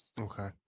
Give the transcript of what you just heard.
Okay